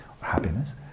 happiness